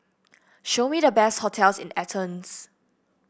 show me the best hotels in Athens